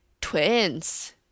Twins